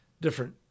different